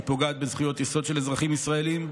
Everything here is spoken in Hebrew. היא פוגעת בזכויות יסוד של אזרחים ישראלים,